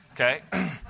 Okay